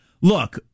look